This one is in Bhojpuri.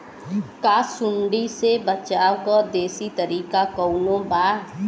का सूंडी से बचाव क देशी तरीका कवनो बा?